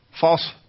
False